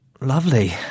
lovely